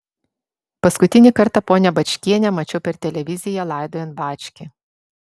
paskutinį kartą ponią bačkienę mačiau per televiziją laidojant bačkį